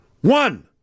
One